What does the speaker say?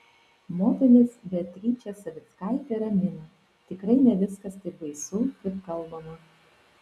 modelis beatričė savickaitė ramina tikrai ne viskas taip baisu kaip kalbama